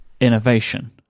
innovation